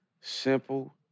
simple